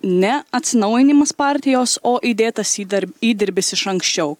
ne atsinaujinimas partijos o įdėtas įdar įdirbis iš anksčiau